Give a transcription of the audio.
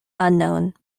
unknown